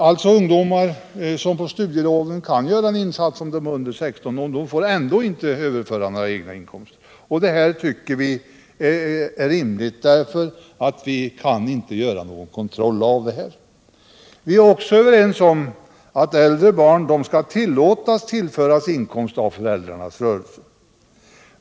Även om ungdomar på studieloven kan göra en arbetsinsats, får de ändå inte tillföras inkomst. Detta tycker vi är rimligt, eftersom man inte kan göra någon kontroll. Vi är också överens om att äldre barn skall kunna tillföras inkomst av föräldrars rörelse.